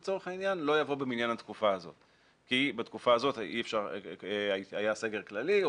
לא יבוא במניין התקופה הזו כי בתקופה הזו היה סגר כללי,